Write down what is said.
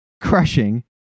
crushing